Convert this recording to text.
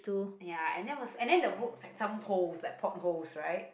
ya and that was and then the road had some poles like port holes right